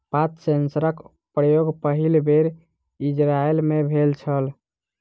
पात सेंसरक प्रयोग पहिल बेर इजरायल मे भेल छल